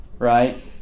Right